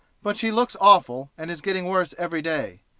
but she looks awful, and is getting worse every day.